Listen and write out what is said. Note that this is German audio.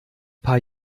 paar